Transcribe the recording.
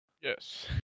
Yes